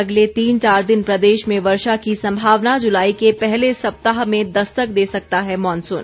अगले तीन चार दिन प्रदेश में वर्षा की संभावना जुलाई के पहले सप्ताह में दस्तक दे सकता है मॉनसून